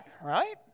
Right